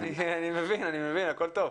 אני מבין, הכל טוב.